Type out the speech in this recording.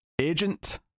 Agent